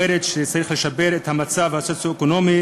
אומרת שצריך לשפר את המצב הסוציו-אקונומי: